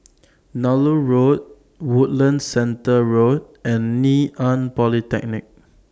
Nallur Road Woodlands Center Road and Ngee Ann Polytechnic